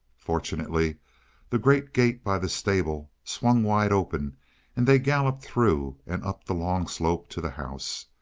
fortunately the great gate by the stable swung wide open and they galloped through and up the long slope to the house,